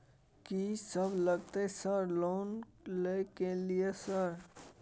कि सब लगतै सर लोन ले के लिए सर?